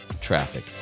Traffic